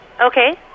Okay